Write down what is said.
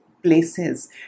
places